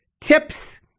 tips